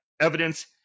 evidence